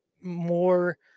more